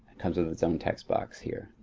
comes with it's own text box here,